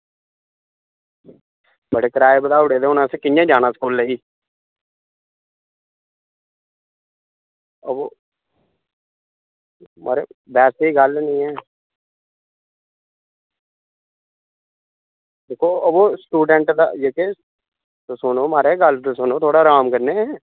बड़े किराए बधाई ओड़े ते हून असें कियां जाना स्कूलें ई ओह् म्हाराज पैसे दी गल्ल निं ऐ दिक्खो बाऽ स्टूडेंट दा सुनो ते म्हाराज थोह्ड़ा गल्ल ते सुनो अराम कन्नै